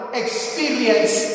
experience